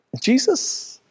Jesus